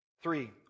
Three